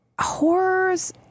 Horrors